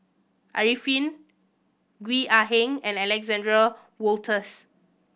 Arifin Gwee Ah Leng and Alexander Wolters